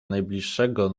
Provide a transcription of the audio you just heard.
najbliższego